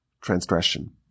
transgression